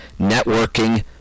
networking